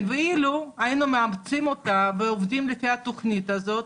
אילו היינו מאמצים אותה ועובדים לפי התוכנית הזאת,